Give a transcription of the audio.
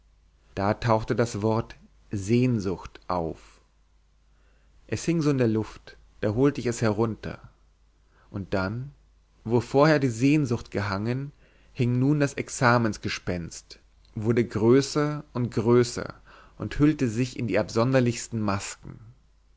da tauchte das wort sehnsucht auf es hing so in der luft da holte ich es herunter und dann wo vorher die sehnsucht gehangen hing nun das examensgespenst wurde größer und größer und hüllte sich in die absonderlichsten masken